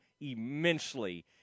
immensely